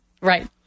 right